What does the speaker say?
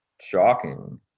shocking